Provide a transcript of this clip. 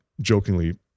jokingly